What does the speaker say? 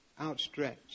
outstretched